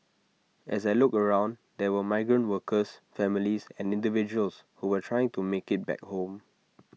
as I looked around there were migrant workers families and individuals who were trying to make IT back home